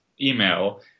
email